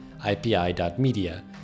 ipi.media